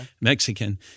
Mexican